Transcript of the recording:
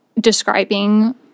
Describing